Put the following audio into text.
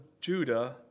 Judah